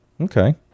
Okay